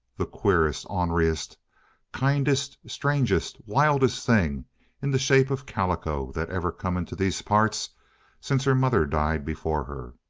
the queerest, orneriest, kindest, strangest, wildest thing in the shape of calico that ever come into these parts since her mother died before her.